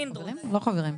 לא חברים בוועדה.